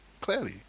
clearly